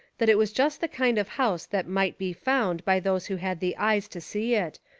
that it was just the kind of house that might be found by those who had the eyes to see it,